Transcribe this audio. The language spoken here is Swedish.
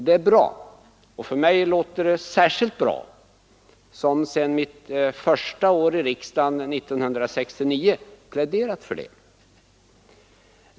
Det är bra — och det låter särskilt bra för mig, som sedan mitt första år i riksdagen 1969 pläderat för det.